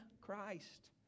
Christ